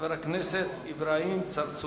חבר הכנסת אברהים צרצור.